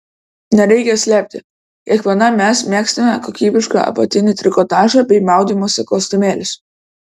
nereikia slėpti kiekviena mes mėgstame kokybišką apatinį trikotažą bei maudymosi kostiumėlius